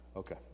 Okay